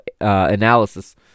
analysis